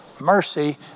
mercy